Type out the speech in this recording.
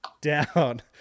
down